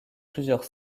plusieurs